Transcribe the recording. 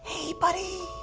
hey, buddy.